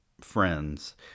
friends